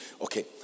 okay